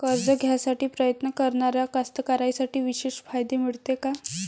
कर्ज घ्यासाठी प्रयत्न करणाऱ्या कास्तकाराइसाठी विशेष फायदे मिळते का?